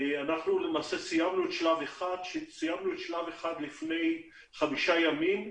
סיימנו את שלב 1 לפני חמישה ימים.